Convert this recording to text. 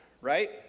right